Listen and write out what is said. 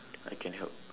I can help